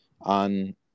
on